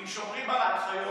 אם שומרים על הנחיות